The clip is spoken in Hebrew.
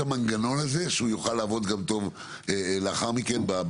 המנגנון הזה שיוכל לעבוד גם טוב לאחר מכן.